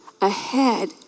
ahead